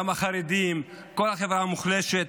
גם החרדים, כל החברה המוחלשת.